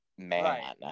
man